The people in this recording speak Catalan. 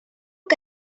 que